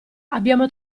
abbiamo